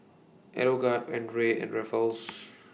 Aeroguard Andre and Ruffles